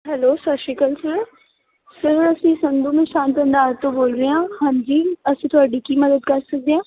hello ਸਤਿ ਸ਼੍ਰੀ ਅਕਾਲ ਸਰ ਅਸੀਂ ਸੰਧੂ ਤੋਂ ਬੋਲ ਰਹੇ ਹਾਂ ਹਾਂਜੀ ਅਸੀਂ ਤੁਹਾਡੀ ਕੀ ਮਦਦ ਕਰ ਸਕਦੇ ਹਾਂ